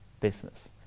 business